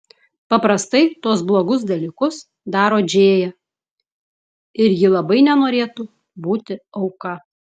paprastai tuos blogus dalykus daro džėja ir ji labai nenorėtų būti auka